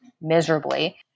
miserably